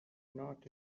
not